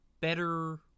better